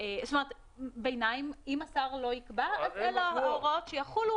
אם השר לא יקבע אז אלה ההוראות שיחולו